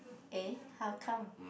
eh how come